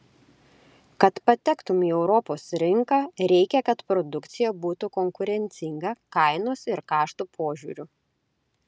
kad patektumei į europos rinką reikia kad produkcija būtų konkurencinga kainos ir kaštų požiūriu